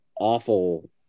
awful